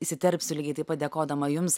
įsiterpsiu lygiai taip padėkodama jums